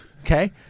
okay